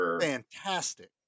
fantastic